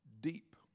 deep